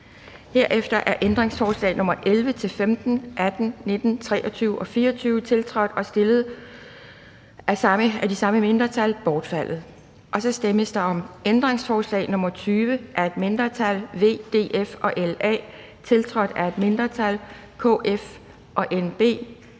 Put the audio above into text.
Herefter er ændringsforslag nr. 11-15, 18, 19, 23 og 24, stillet og tiltrådt af det samme mindretal, bortfaldet. Der stemmes om ændringsforslag nr. 20, af et mindretal (V, DF og LA), tiltrådt af et mindretal (KF og NB).